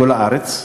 כל הארץ.